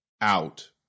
out